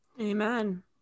Amen